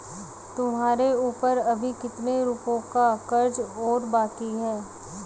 तुम्हारे ऊपर अभी कितने रुपयों का कर्ज और बाकी है?